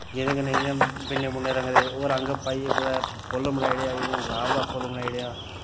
जेह्दे कन्नै इ'यां बिन्ने बुन्ने रंगदे ओह् रंग पाइयै कुतै फुल्ल बनाई ओड़ेआ जि'यां गुलाब दा फुल्ल बनाई ओड़ेआ